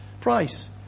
Price